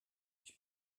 ich